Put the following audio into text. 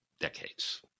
Decades